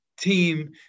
team